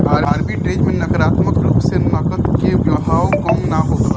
arbitrage में नकारात्मक रूप से नकद के बहाव कम ना होला